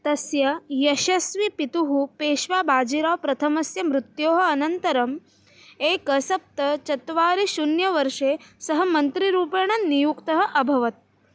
तस्य यशस्वी पितुः पेष्वाबाजिराव् प्रथमस्य मृत्योः अनन्तरम् एकं सप्त चत्वारि शुन्यवर्षे सः मन्त्रीरूपेण नियुक्तः अभवत्